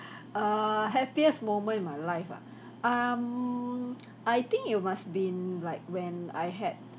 err happiest moment in my life ah um I think it must been like when I had